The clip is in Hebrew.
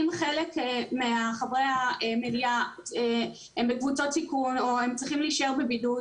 אם חלק מחברי המליאה הם בקבוצות סיכון או הם צריכים להישאר בבידוד,